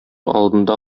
алдында